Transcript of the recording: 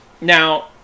Now